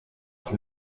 auch